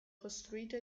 costruito